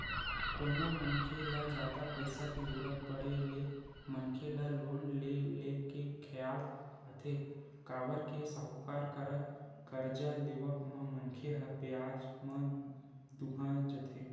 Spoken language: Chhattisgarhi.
कोनो मनखे ल जादा पइसा के जरुरत पड़े ले मनखे ल लोन ले के खियाल आथे काबर के साहूकार करा करजा लेवब म मनखे ह बियाज म दूहा जथे